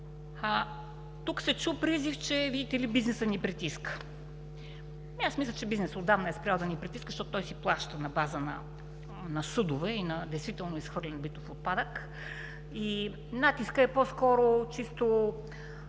Тук се чу призив, че, видите ли, бизнесът ни притиска. Аз мисля, че бизнесът отдавна е спрял да ни притиска, защото той си плаща на база на съдове и на действително изхвърлен битов отпадък и натискът е по-скоро чисто,